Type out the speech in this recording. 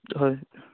হয়